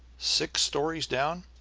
six stories down?